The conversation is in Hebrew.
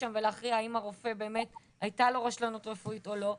שם ולהכריע האם הרופא באמת הייתה לו רשלנות רפואית או לא,